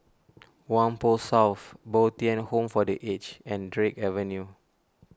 Whampoa South Bo Tien Home for the Aged and Drake Avenue